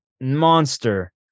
monster